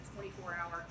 24-hour